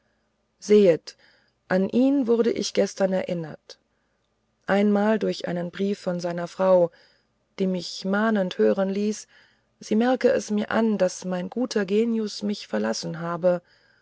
sehet an ihn wurde ich gestern erinnert einmal durch einen brief von seiner frau die mich mahnend hören ließ sie merke es mir an daß mein guter genius mich verlassen habe